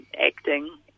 acting